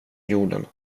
jorden